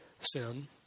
sin